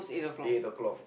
eight o'clock